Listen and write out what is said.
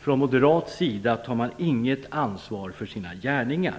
Från moderat sida tar man inget ansvar för sina gärningar.